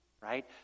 right